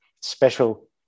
special